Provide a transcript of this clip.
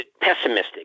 pessimistic